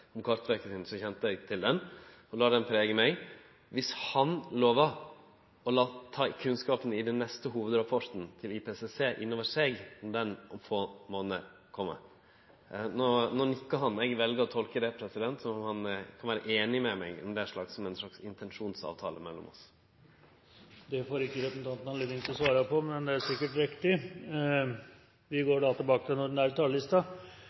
om – i dette tilfellet kjende eg ikkje til den, i førre tilfellet, for ei kort veke sidan, kjende eg til den, og lèt den prege meg – viss han lovar å ta kunnskapen i den neste hovudrapporten til IPCC inn over seg når den kjem om få månader. No nikkar han, og eg vel å tolke det som om han er einig med meg i at det er ein slags intensjonsavtale mellom oss. Det får ikke representanten anledning til å svare på, men det er sikkert riktig.